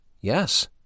Yes